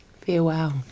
Farewell